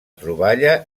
troballa